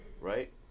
right